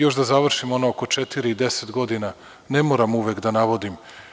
Još da završim ono oko četiri i deset godina, ne moram uvek da navodim.